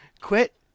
quit